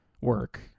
work